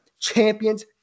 champions